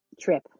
trip